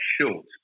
short